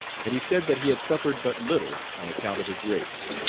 and he said that he had suffered but little on account of his race.